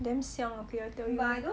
damn 香 okay I tell you